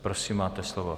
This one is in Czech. Prosím máte slovo.